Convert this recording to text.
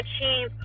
achieve